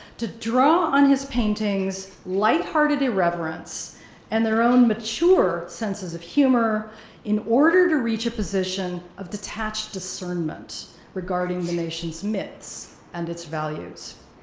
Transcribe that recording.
to draw on his paintings lighthearted irreverence and their own mature senses of humor in order to reach a position of detached discernment regarding the nation's myths and its values.